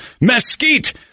mesquite